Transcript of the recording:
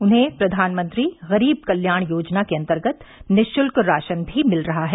उन्हें प्रधानमंत्री गरीब कल्याण योजना के अंतर्गत निःशुल्क राशन भी मिल रहा है